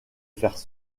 faire